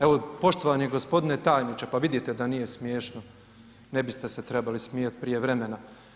Evo, poštovani g. tajniče, pa vidite da nije smiješno, ne biste se trebali smijat prije vremena.